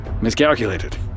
miscalculated